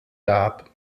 gab